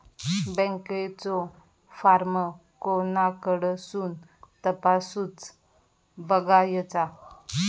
बँकेचो फार्म कोणाकडसून तपासूच बगायचा?